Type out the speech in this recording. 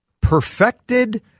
perfected